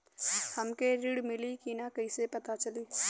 हमके ऋण मिली कि ना कैसे पता चली?